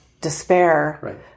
despair